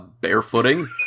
barefooting